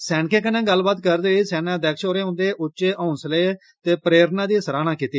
सैनिकें कन्नै गल्लबात करदे होई सेनाध्यक्ष होरें उंदे उच्चे होंसलें ते प्रेरणा दी सराहना कीती